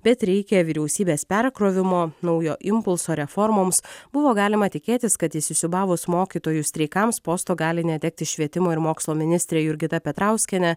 bet reikia vyriausybės perkrovimo naujo impulso reformoms buvo galima tikėtis kad įsisiūbavus mokytojų streikams posto gali netekti švietimo ir mokslo ministrė jurgita petrauskienė